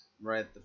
right